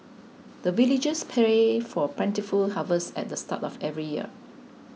the villagers pray for plentiful harvest at the start of every year